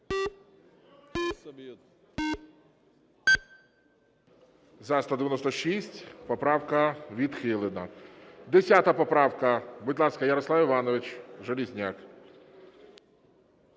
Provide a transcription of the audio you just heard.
За-196 Поправка відхилена. 10 поправка. Будь ласка, Ярослав Іванович Железняк.